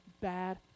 Bad